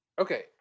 okay